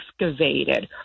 excavated